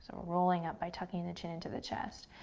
rolling up by tucking the chin into the chest.